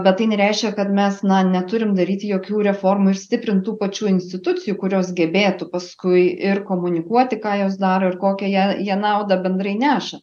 bet tai nereiškia kad mes neturim daryti jokių reformų ir stiprint tų pačių institucijų kurios gebėtų paskui ir komunikuoti ką jos daro ir kokią ją jie naudą bendrai neša